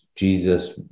Jesus